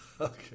Okay